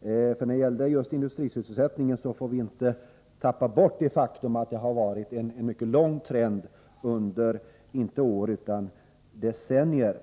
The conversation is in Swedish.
Beträffande just industrisysselsättningen vill jag säga att vi inte får tappa bort det faktum att den nuvarande trenden har rått under en mycket lång tid och att det inte rör sig om år utan om decennier.